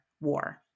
war